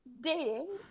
dating